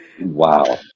Wow